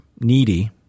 needy